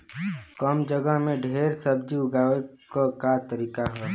कम जगह में ढेर सब्जी उगावे क का तरीका ह?